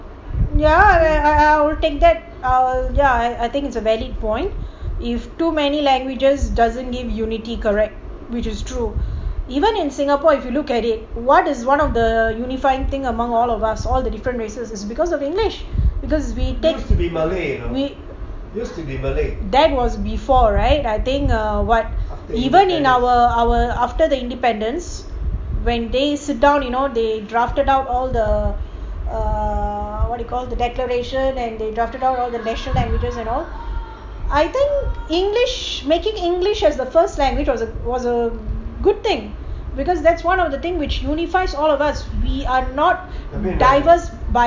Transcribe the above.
ya I I would take that I'll ya I think it's a valid point is too many languages doesn't give unity correct which is true even in singapore if you look at it what is one of the unifying thing among all of us all the different races is because of english because we that was before right I think efr what even in our our after the independence when they sit down you know they drafted out all the err what you call the declaration and they drafted out all the national languages and all I think english making english as the first language was a was a good thing because that's one of the thing which unifies all of us we are not diverse by languages